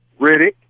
Riddick